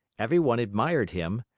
everyone admired him,